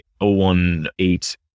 018